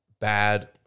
bad